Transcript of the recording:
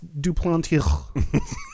Duplantier